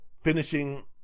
Finishing